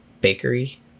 bakery